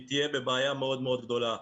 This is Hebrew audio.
היא תהיה בבעיה מאוד מאוד גדולה.